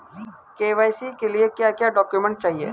KYC के लिए क्या क्या डॉक्यूमेंट चाहिए?